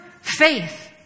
faith